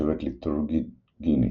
שבט Lithurgini